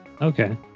Okay